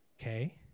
okay